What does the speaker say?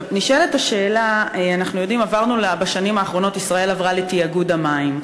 בשנים האחרונות ישראל עברה לתאגוד המים,